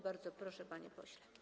Bardzo proszę, panie pośle.